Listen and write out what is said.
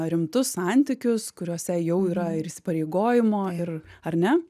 rimtus santykius kuriuose jau yra ir įsipareigojimo ir ar ne